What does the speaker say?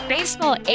Baseball